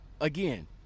again